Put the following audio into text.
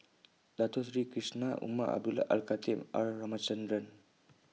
Dato Sri Krishna Umar Abdullah Al Khatib and R Ramachandran